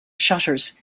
shutters